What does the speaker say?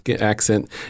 accent